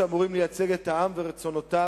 שאמורים לייצג את העם ורצונותיו,